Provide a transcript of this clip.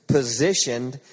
Positioned